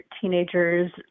teenagers